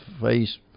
face